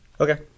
Okay